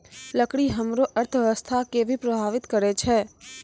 लकड़ी हमरो अर्थव्यवस्था कें भी प्रभावित करै छै